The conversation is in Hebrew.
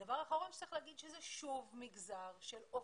דבר אחרון שצריך להגיד, זה שוב מגזר של עובדות,